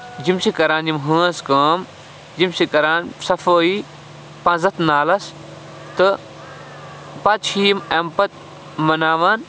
یِم چھِ کران یِم ہٲنز کٲم یِم چھِ کران صفٲٮٔی پنزَتھ نالَس تہٕ پَتہٕ چھِ یِم اَمہِ پَتہٕ مَناوان